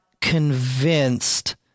convinced